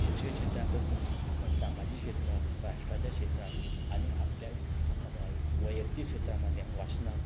शिक्ष्यू क्षेत्राकच न्ह पण सामाजीक क्षेत्रां राष्ट्राच्या क्षेत्राक आनी आपल्या वयक्तीक क्षेत्रां मद्दे वाशनाक